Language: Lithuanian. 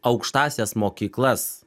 aukštąsias mokyklas